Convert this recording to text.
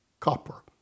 Copper